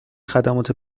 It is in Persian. خدمات